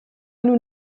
nun